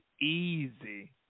easy